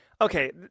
Okay